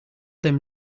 them